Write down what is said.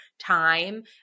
time